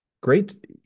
great